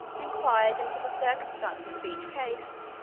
inquired into the circumstances of each case,